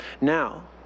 now